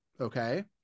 Okay